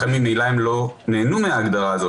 לכן הם ממילא לא נהנו מההגדרה הזו,